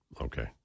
okay